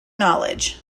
knowledge